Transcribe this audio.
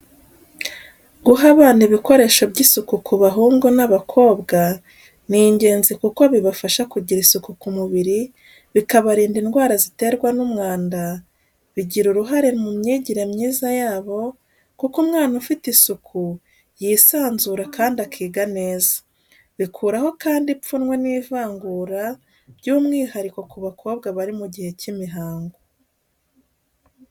Guha abana ibikoresho by’isuku ku bahungu n’abakobwa, ni ingenzi kuko bibafasha kugira isuku ku mubiri, bikarinda indwara ziterwa n’umwanda, bigira uruhare mu myigire myiza yabo, kuko umwana ufite isuku yisanzura kandi yiga neza. Bikuraho kandi ipfunwe n’ivangura by’umwihariko ku bakobwa bari mu gihe cy’imihango.